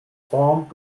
formed